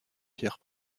pierres